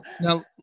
Now